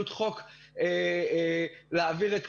שקף 12. חוסר בנקודת שירות אחת לעסקים.